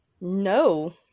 No